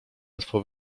łatwo